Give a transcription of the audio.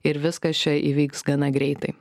ir viskas čia įvyks gana greitai